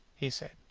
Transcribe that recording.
he said.